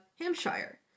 Hampshire